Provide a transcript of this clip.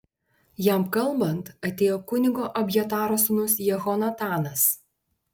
jam kalbant atėjo kunigo abjataro sūnus jehonatanas